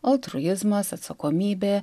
altruizmas atsakomybė